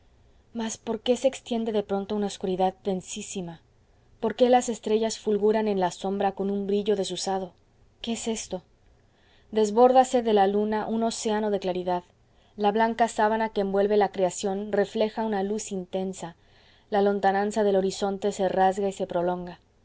mas por qué se extiende de pronto una obscuridad densísima por qué las estrellas fulguran en la sombra con un brillo desusado qué es esto desbórdase de la luna un océano de claridad la blanca sábana que envuelve la creación refleja una luz intensa la lontananza del horizonte se rasga y se prolonga